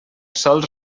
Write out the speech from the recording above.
sols